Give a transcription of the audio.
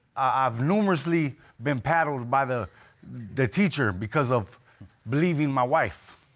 i've numerously been paddled by the the teacher because of believing my wife.